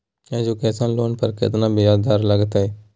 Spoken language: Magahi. एजुकेशन लोन पर केतना ब्याज दर लगतई?